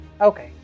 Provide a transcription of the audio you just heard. okay